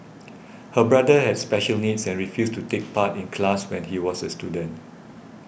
her brother had special needs and refused to take part in class when he was a student